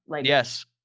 Yes